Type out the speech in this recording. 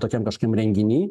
tokiam kažkokiam renginį